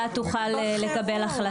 עשינו את ה אם יש נוסחה,